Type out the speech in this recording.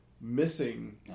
missing